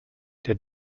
der